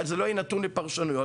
וזה לא נתון לפרשנויות.